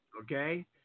Okay